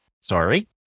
Sorry